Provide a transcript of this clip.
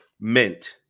mint